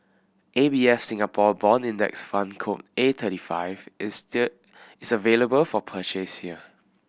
A B Singapore Bond Index Fund code A thirty five is still available for purchase here